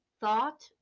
thought